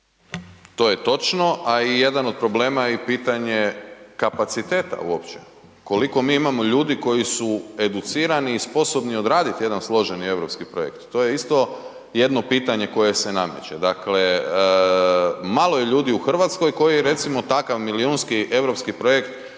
To je točno, a i jedan od problema je i pitanje kapaciteta uopće. Koliko mi imamo ljudi koji su educirani i sposobni odraditi jedan složeni europski projekt, to je isto jedno pitanje koje se nameće. Dakle, malo je ljudi u Hrvatskoj koji recimo takav milijunski europski projekt